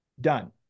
Done